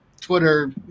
Twitter